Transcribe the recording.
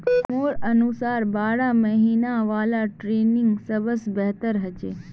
मोर अनुसार बारह महिना वाला ट्रेनिंग सबस बेहतर छ